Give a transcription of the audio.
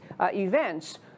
events